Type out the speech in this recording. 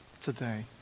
Today